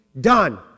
done